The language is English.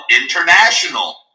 International